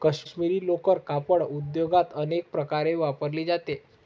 काश्मिरी लोकर कापड उद्योगात अनेक प्रकारे वापरली जाते